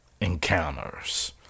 encounters